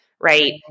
Right